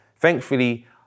Thankfully